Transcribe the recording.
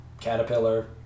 Caterpillar